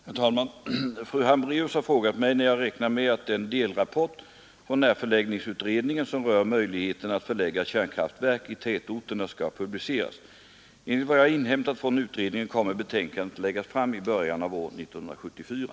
Herr talman! Fru Hambraeus har frågat mig när jag räknar med att den delrapport från närförläggningsutredningen som rör möjligheterna att förlägga kärnkraftverk i tätorterna skall publiceras. Enligt vad jag inhämtat från utredningen kommer betänkandet att läggas fram i början av år 1974.